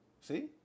See